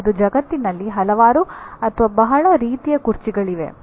ಇಂದು ಜಗತ್ತಿನಲ್ಲಿ ಹಲವಾರು ಬಹಳ ರೀತಿಯ ಕುರ್ಚಿಗಳಿವೆ